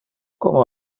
como